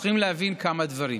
צריכים להבין כמה דברים: